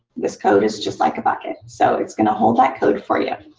this code is just like a bucket, so it's going to hold that code for you.